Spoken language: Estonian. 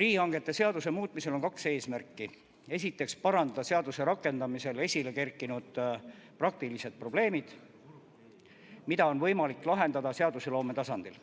Riigihangete seaduse muutmisel on kaks eesmärki: esiteks, parandada seaduse rakendamisel esile kerkinud praktilised probleemid, mida on võimalik lahendada seadusloome tasandil,